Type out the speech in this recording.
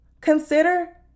consider